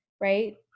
right